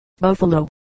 Buffalo